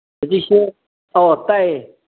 ꯍꯧꯖꯤꯛꯁꯦ ꯑꯧ ꯇꯥꯏꯌꯦ